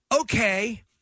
okay